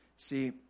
See